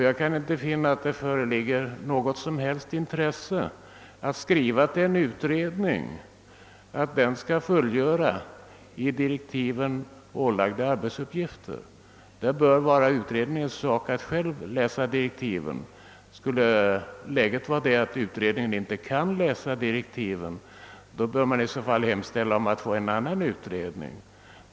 Jag kan inte finna att det föreligger något som helst intresse av att skriva till en utredning och be denna fullgöra i direktiven ålagda arbetsuppgifter. Det bör vara utredningens sak att själv läsa direktiven. Skulle läget vara sådant att utredningen inte kan läsa direktiven, bör man hemställa om att få en annan utredning.